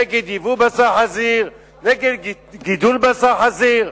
נגד ייבוא בשר חזיר,